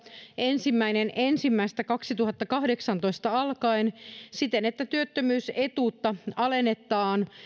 ensimmäinen ensimmäistä kaksituhattakahdeksantoista alkaen siten että työttömyysetuutta alennetaan